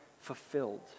fulfilled